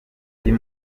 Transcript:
ijya